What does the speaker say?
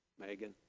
Megan